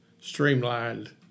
streamlined